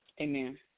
Amen